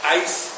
ice